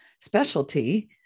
specialty